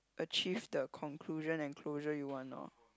achieve the conclusion and closure you want ah